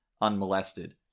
unmolested